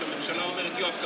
שהממשלה אומרת: יואב,